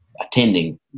attending